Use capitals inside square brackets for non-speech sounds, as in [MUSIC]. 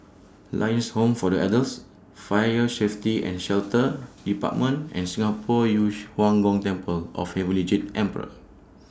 Lions Home For The Elders Fire Safety and Shelter department and Singapore Yu [NOISE] Huang Gong Temple of Heavenly Jade Emperor